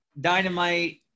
dynamite